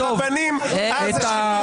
מאחר שאתה רק רוצה רבנים, זו שחיתות.